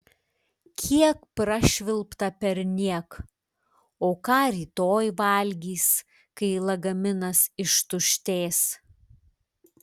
kiek prašvilpta perniek o ką rytoj valgys kai lagaminas ištuštės